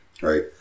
Right